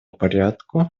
порядку